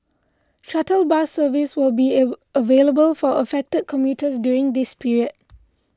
shuttle bus service will be available for affected commuters during this period